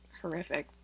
horrific